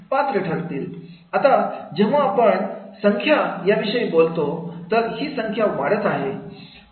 आता जेव्हा आपण संख्या विषयी बोलतो तर ही संख्या वाढत आहे